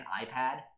iPad